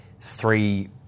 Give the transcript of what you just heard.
three